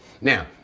Now